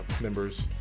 members